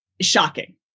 shocking